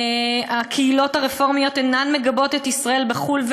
הקהילות הרפורמיות אינן מגבות את ישראל בחו"ל,